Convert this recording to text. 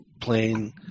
playing